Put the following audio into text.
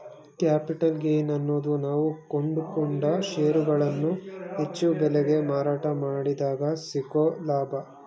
capital gain ಅನ್ನೋದು ನಾವು ಕೊಂಡುಕೊಂಡ ಷೇರುಗಳನ್ನು ಹೆಚ್ಚು ಬೆಲೆಗೆ ಮಾರಾಟ ಮಾಡಿದಗ ಸಿಕ್ಕೊ ಲಾಭ